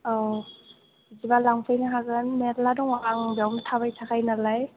अ बिदिबा लांफैनो हागोन मेल्ला दङ आं बेयावनो थाबाय थाखायो नालाय